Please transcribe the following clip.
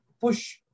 push